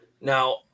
Now